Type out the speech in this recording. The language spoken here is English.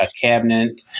cabinet